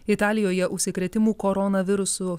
italijoje užsikrėtimų koronavirusu